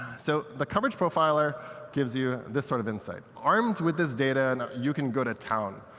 so the coverage profiler gives you this sort of insight. armed with this data, and you can go to town.